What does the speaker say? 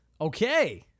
Okay